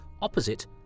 opposite